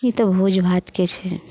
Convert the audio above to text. ई तऽ भोज भातके छै